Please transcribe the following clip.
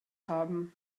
haben